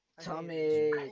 Tommy